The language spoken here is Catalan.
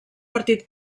partit